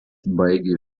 baigė